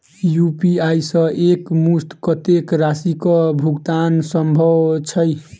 UPI सऽ एक मुस्त कत्तेक राशि कऽ भुगतान सम्भव छई?